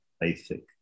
basic